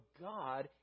God